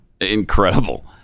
incredible